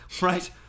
Right